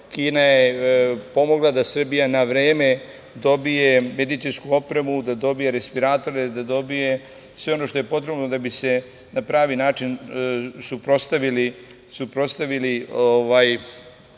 Kina je pomogla da Srbija na vreme dobije medicinsku opremu, da dobije respiratore, da dobije sve ono što je potrebno da bi se na pravi način suprotstavili